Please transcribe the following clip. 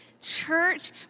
church